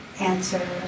answer